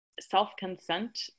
self-consent